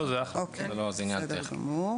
זה עניין טכני.